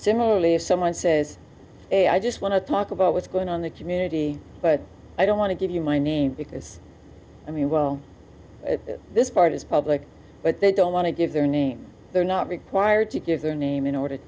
similarly if someone says hey i just want to talk about what's going on the community but i don't want to give you my name because i mean well this part is public but they don't want to give their name they're not required to give their name in order to